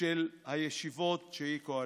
של הישיבות, שהן קואליציוניות.